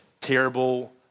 terrible